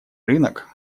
рынок